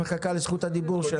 לשאול?